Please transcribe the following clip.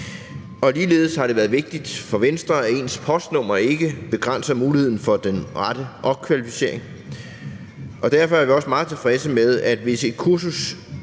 Ligeledes har det været vigtigt for Venstre, at ens postnummer ikke begrænser muligheden for den rette opkvalificering. Derfor er vi også meget tilfredse med, at hvis et kursus